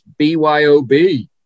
BYOB